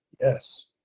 Yes